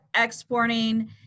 exporting